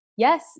Yes